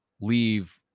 leave